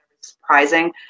surprising